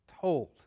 told